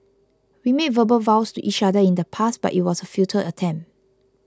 we made verbal vows to each other in the past but it was a futile attempt